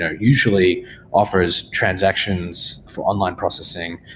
ah usually offers transactions for online processing.